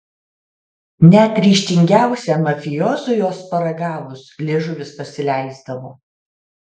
net ryžtingiausiam mafiozui jos paragavus liežuvis pasileisdavo